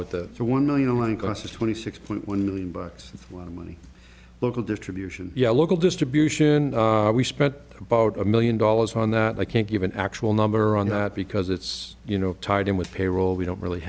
with the one million lancaster twenty six point one million bucks one money local distribution yeah local distribution we spent about a million dollars on that i can't give an actual number on that because it's you know tied in with payroll we don't really